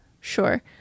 Sure